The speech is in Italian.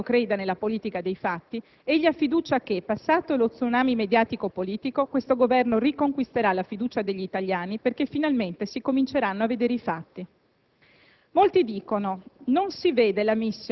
Poiché è persona seria e ritengo creda nella politica dei fatti, egli ha fiducia che, passato lo tsunami mediatico-politico, questo Governo riconquisterà la fiducia degli italiani, perché finalmente si cominceranno a vedere i fatti.